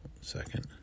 Second